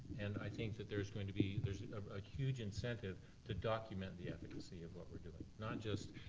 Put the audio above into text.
and i think that there's going to be, there's a huge incentive to document the efficacy of what we're doing. not just,